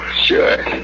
Sure